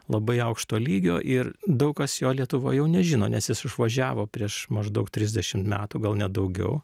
labai aukšto lygio ir daug kas jo lietuvoj jau nežino nes jis išvažiavo prieš maždaug trisdešim metų gal net daugiau